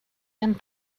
and